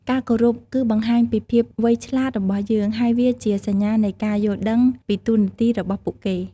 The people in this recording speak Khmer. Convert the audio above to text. ការគោរព គឺបង្ហាញពីភាពវៃឆ្លាតរបស់យើង ហើយវាជាសញ្ញានៃការយល់ដឹងពីតួនាទីរបស់ពួកគេ។